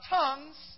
tongues